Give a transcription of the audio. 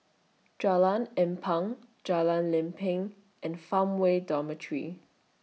Jalan Ampang Jalan Lempeng and Farmway Dormitory